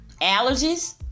allergies